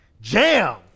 jam